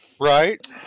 Right